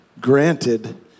granted